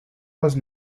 was